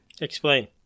Explain